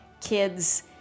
kids